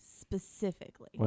specifically